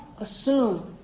assume